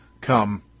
Come